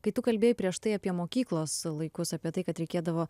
kai tu kalbėjai prieš tai apie mokyklos laikus apie tai kad reikėdavo